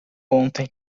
ontem